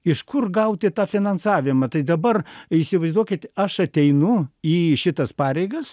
iš kur gauti tą finansavimą tai dabar įsivaizduokit aš ateinu į šitas pareigas